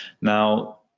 Now